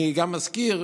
אני גם מזכיר,